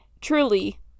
truly